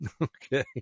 okay